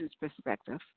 perspective